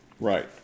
Right